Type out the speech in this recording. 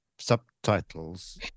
subtitles